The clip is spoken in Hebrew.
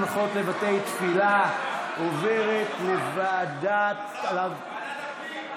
הנחות לבתי תפילה) עוברת לוועדת הפנים,